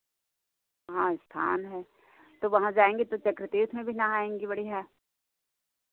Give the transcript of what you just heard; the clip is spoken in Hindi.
वहाँ स्थान है तो वहाँ जाएंगी तो चक्र तीर्थ में भी नहाएंगी बढ़ियाँ